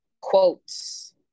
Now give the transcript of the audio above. quotes